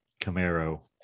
Camaro